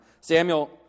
Samuel